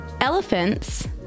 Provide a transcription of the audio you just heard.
Elephants